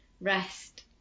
rest